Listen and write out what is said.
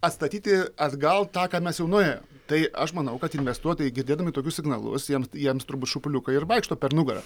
atstatyti atgal tą ką mes jau nuėjom tai aš manau kad investuotojai girdėdami tokius signalus jiems jiems turbūt šupuliukai ir vaikšto per nugarą